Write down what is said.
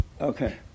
Okay